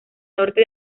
norte